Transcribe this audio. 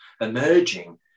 emerging